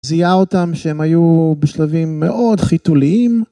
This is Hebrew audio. זיהה אותם שהם היו בשלבים מאוד חיתוליים.